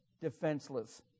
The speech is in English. defenseless